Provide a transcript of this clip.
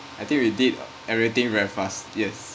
I think we did everything very fast yes